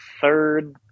third